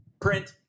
Print